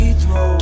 throw